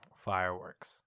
fireworks